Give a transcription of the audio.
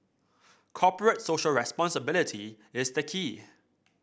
Corporate Social Responsibility is the key